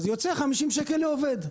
זה יוצא 50 שקל לעובד.